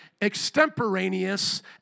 extemporaneous